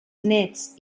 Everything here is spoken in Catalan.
néts